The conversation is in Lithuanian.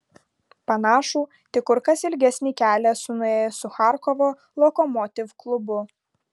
panašų tik kur kas ilgesnį kelią esu nuėjęs su charkovo lokomotiv klubu